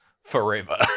forever